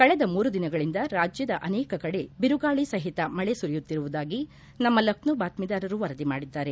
ಕಳೆದ ಮೂರುದಿನಗಳಿಂದ ರಾಜ್ಯದ ಅನೇಕ ಕಡೆ ಬಿರುಗಾಳಿ ಸಹಿತ ಮಳೆ ಸುರಿಯುತ್ತಿರುವುದಾಗಿ ನಮ್ಮ ಲಖನೌ ಬಾತ್ನೀದಾರರು ವರದಿ ಮಾಡಿದ್ದಾರೆ